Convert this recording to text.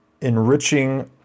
enriching